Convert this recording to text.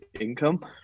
income